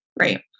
Right